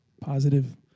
positive